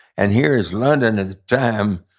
and here is london, at the time,